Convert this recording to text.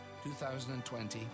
2020